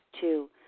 Two